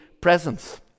presence